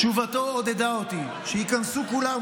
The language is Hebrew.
תשובתו עודדה אותי: שייכנסו כולם,